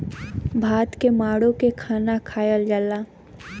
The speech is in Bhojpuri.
भात के माड़ो के खाना खायल जाला